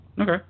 Okay